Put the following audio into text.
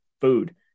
food